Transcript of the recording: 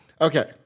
okay